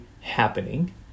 happening